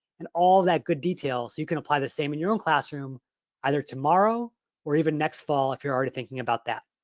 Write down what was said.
and all that good detail so you can apply the same in your own classroom either tomorrow or even next fall if you're already thinking about that.